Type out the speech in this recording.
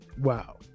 Wow